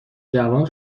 جوان